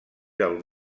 del